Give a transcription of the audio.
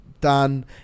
done –